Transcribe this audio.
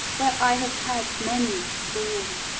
where i have had many a scorne.